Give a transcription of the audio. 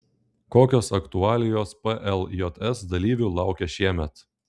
kokios aktualijos pljs dalyvių laukia šiemet